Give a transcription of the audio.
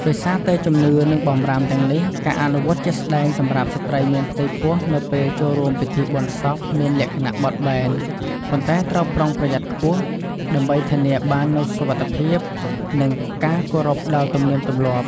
ដោយសារតែជំនឿ និងបម្រាមទាំងនេះ ការអនុវត្តជាក់ស្ដែងសម្រាប់ស្ត្រីមានផ្ទៃពោះនៅពេលចូលរួមពិធីបុណ្យសពមានលក្ខណៈបត់បែន ប៉ុន្តែត្រូវប្រុងប្រយ័ត្នខ្ពស់ ដើម្បីធានាបាននូវសុវត្ថិភាព និងការគោរពដល់ទំនៀមទម្លាប់។